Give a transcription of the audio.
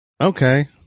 okay